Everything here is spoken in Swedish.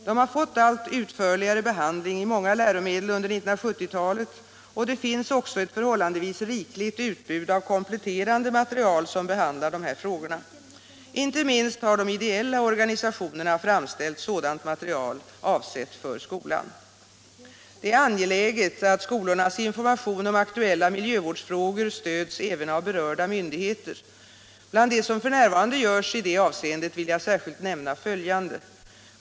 De har fått allt utförligare behandling i många läromedel under 1970-talet, och det finns också ett förhållandevis rikligt utbud av kompletterande material som behandlar dessa frågor. Inte minst har de ideella organisationerna framställt sådant material avsett för skolan. Det är angeläget att skolornas information om aktuella miljövårdsfrågor stöds även av berörda myndigheter. Bland det som f.n. görs i detta åvseende vill jag särskilt nämna följande.